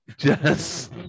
Yes